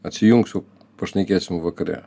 atsijungsiu pašnekėsim vakare